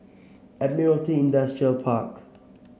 Admiralty Industrial Park